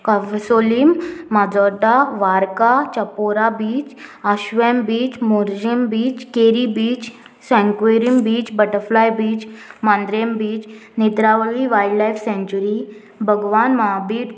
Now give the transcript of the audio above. Cavelossim Majorda Varca Chapora beach आश्वेम beach मोर्जेम beach Keri beach सँक्वेरीम beach butterfly beach Mandrem beach Netravali wild life सँच्युरी Bhagwan महाबीड